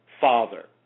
father